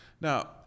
Now